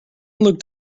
looked